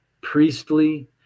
priestly